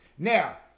Now